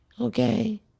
okay